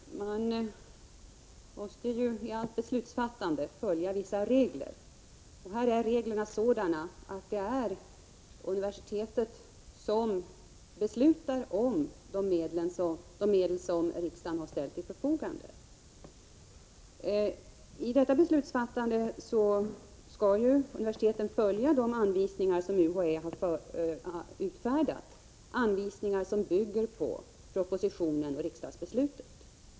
Herr talman! Man måste ju i allt beslutsfattande följa vissa regler, och i det här fallet är reglerna sådana att det är universitetet som beslutar om fördelningen av de medel som riksdagen har ställt till förfogande. Universiteten skall följa de anvisningar som UHÄ har utfärdat och som bygger på vad som anförts i propositionen och riksdagsbeslutet.